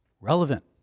relevant